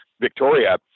Victoria